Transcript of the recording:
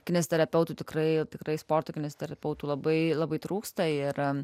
kineziterapeutų tikrai tikrai sportinės tarp tautų labai labai trūksta ir